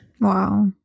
Wow